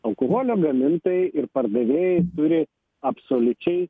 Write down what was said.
alkoholio gamintojai ir pardavėjai turi absoliučiai